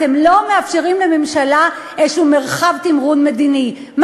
אתם לא מאפשרים לממשלה מרחב תמרון מדיני כלשהו.